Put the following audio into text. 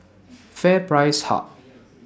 FairPrice Hub